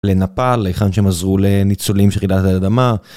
לנפאל, היכן שהם עזרו לניצולים של רעידת האדמה.